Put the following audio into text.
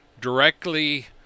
directly